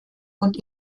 und